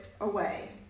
away